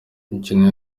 imikino